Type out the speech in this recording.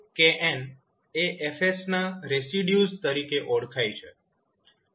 kn એ F ના residues તરીકે ઓળખાય છે